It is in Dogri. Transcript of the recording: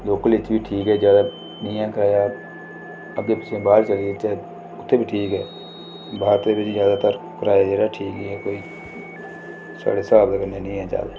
लोकल इत्थें बी ठीक ऐ ज्यादा नि ऐ कराया अग्गें पिच्छें बाह्र चली जाचै उत्थें बी ठीक ऐ बाह्र दे बिच्च ज्यादातर कराया जेह्ड़ा ठीक ही ऐ कोई साढ़े स्हाब कन्नै नि ऐ ज्यादा